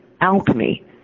alchemy